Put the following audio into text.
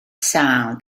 sâl